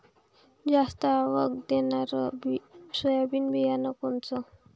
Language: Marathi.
जास्त आवक देणनरं सोयाबीन बियानं कोनचं?